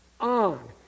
On